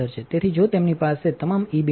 તેથી જો તેમની પાસે તમામ ઇ બીમ છે